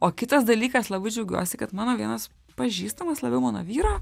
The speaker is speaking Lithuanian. o kitas dalykas labai džiaugiuosi kad mano vienas pažįstamas labiau mano vyro